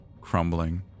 crumbling